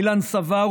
אילן סבר,